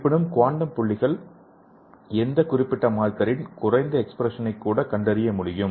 இருப்பினும் குவாண்டம் புள்ளிகள் எந்த குறிப்பிட்ட மார்க்கரின் குறைந்த எக்ஸ்பிரஸநை கூட கண்டறிய முடியும்